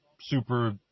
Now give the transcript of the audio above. super